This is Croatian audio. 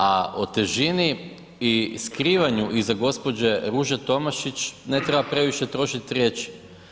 A o težini i skrivanju iza gospođe Ruže Tomašić ne treba previše trošiti riječi.